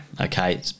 okay